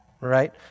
right